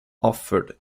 offered